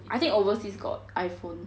I think overseas got iphone